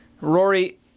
rory